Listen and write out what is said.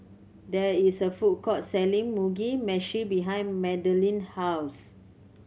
there is a food court selling Mugi Meshi behind Madilynn house